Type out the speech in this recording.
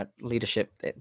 leadership